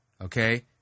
Okay